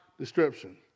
Description